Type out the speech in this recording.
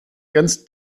ganz